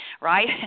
right